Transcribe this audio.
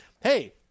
hey